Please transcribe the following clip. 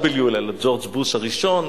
בוש אלא על ג'ורג' בוש הראשון.